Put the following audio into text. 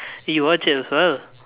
you watch it as well